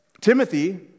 Timothy